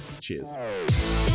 cheers